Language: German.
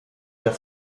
der